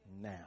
now